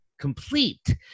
complete